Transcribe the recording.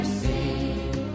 sing